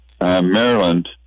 Maryland